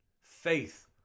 faith